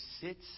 sits